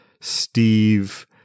Steve